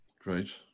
Great